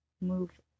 move